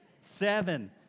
seven